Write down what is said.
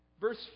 Verse